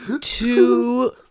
two